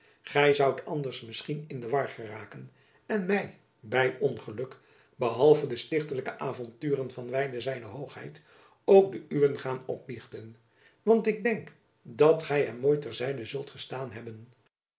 gy zoudt anders misschien in de war geraken en my by ongeluk behalve de stichtelijke avonturen van wijlen z hoogheid ook de uwen gaan opbiechten want ik denk dat gy hem mooi ter zijde zult gestaan hebben